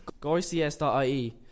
gorycs.ie